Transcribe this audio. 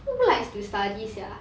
who likes to study sia